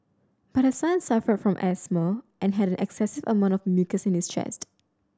but her son suffered from asthma and had an excessive amount of mucus in his chest